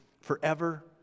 forever